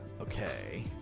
okay